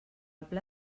pla